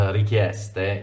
richieste